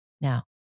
Now